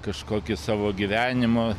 kažkokį savo gyvenimo